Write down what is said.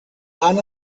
han